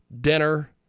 dinner